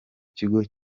kigo